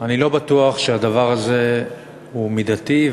אני לא בטוח שהדבר הזה הוא מידתי,